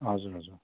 हजुर हजुर